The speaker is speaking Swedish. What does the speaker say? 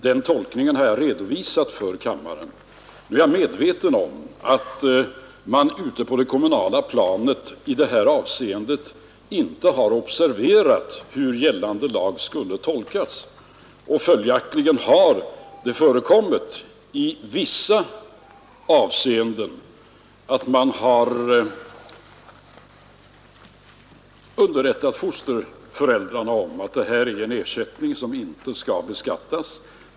Den tolkningen har jag redovisat för kammaren. Nu är jag medveten om att man ute på det kommunala planet i det här avseendet inte har observerat hur gällande lag skulle tolkas, och följaktligen har det på vissa håll förekommit att man har underrättat fosterföräldrarna om att det här är en ersättning som inte skall beskattas.